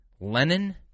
Lenin